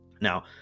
Now